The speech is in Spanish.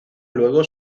luego